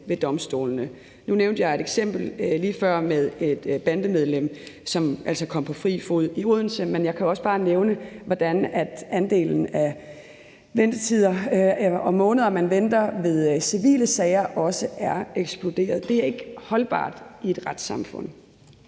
ved domstolene. Nu nævnte jeg lige før et eksempel med et bandemedlem, som altså kom på fri fod i Odense, men jeg kan også bare nævne, hvordan ventetiderne og antallet af måneder, man venter ved civile sager, også er eksploderet. Det er ikke holdbart i et retssamfund.